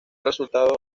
resultado